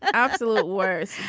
absolute worst.